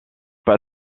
pas